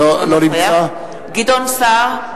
אינו נוכח גדעון סער,